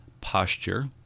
posture